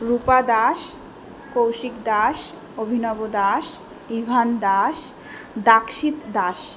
Rupa Das Kaushik Das Abhinav Das Ivan Das Dakshit Das